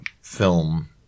film